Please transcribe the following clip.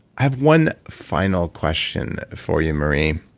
i have one final question for you, marie.